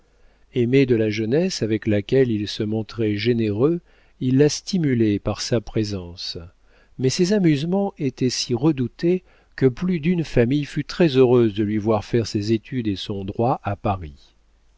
aimé de la jeunesse avec laquelle il se montrait généreux il la stimulait par sa présence mais ses amusements étaient si redoutés que plus d'une famille fut très heureuse de lui voir faire ses études et son droit à paris